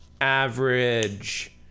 average